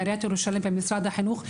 של עיריית ירושלים ומשרד החינוך.